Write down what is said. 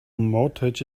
mortgage